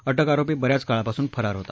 अटक आरोपी बऱ्याच काळापासून फरार होता